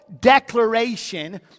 declaration